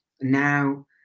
now